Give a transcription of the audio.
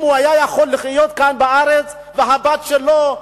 אם הוא היה יכול לחיות כאן בארץ והבת שלו,